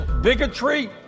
bigotry